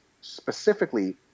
specifically